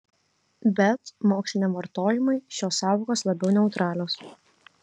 bet moksliniam vartojimui šios sąvokos labiau neutralios